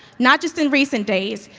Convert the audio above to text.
not just in recent days,